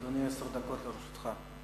אדוני, עשר דקות לרשותך.